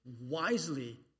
wisely